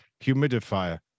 humidifier